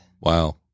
Wow